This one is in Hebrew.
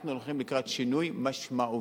אנחנו הולכים לקראת שינוי משמעותי